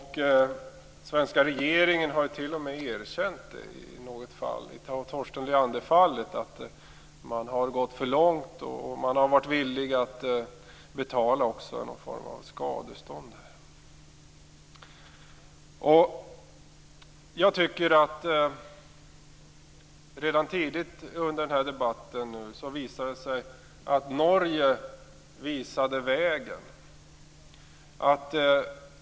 Den svenska regeringen har t.o.m. erkänt det i ett fall, i Torsten Leander-fallet, att man har gått för långt och också varit villig att betala någon form av skadestånd. Redan tidigt under den här debatten framgick det att Norge visade vägen.